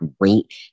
great